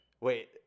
Wait